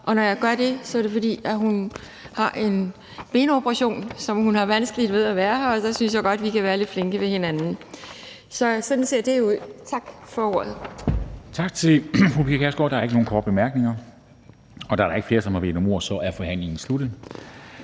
Og når jeg gør det, er det, fordi hun har en benoperation, så hun har vanskeligt ved at være her, og der synes jeg godt vi kan være lidt flinke ved hinanden. Så sådan ser det ud. Tak for ordet. Kl. 18:01 Formanden (Henrik Dam Kristensen): Tak til fru Pia Kjærsgaard. Der er ikke nogen korte bemærkninger. Da der ikke er flere, der har bedt om ordet, er forhandlingen sluttet.